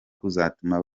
kuzatuma